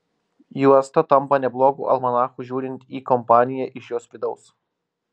juosta tampa neblogu almanachu žiūrint į kompaniją iš jos vidaus